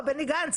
בני גנץ,